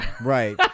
Right